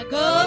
go